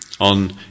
on